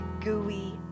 gooey